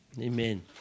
Amen